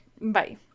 Bye